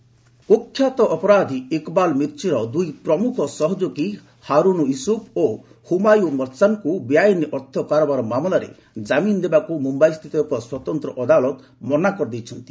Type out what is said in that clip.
Iqbal case କ୍ଖ୍ୟାତ ଅପରାଧୀ ଇକ୍ବାଲ୍ ମିର୍ଚିର ଦୁଇ ପ୍ରମୁଖ ସହଯୋଗୀ ହାରୁନ୍ ୟୁସ୍ଫ୍ ଓ ହୁମାୟୁ ମର୍ଚାଣ୍ଟ୍ଙ୍କୁ ବେଆଇନ ଅର୍ଥ କାରବାର ମାମଲାରେ କାମିନ୍ ଦେବାକୁ ମୁମ୍ଭାଇସ୍ଥିତ ଏକ ସ୍ୱତନ୍ତ୍ର ଅଦାଲତ ମନା କରିଦେଇଛନ୍ତି